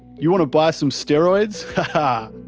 you wanna buy some steroids? ha ha.